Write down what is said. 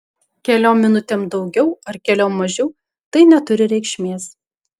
keliom minutėm daugiau ar keliom mažiau tai neturi reikšmės